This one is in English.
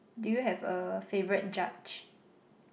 do you have a favourite judge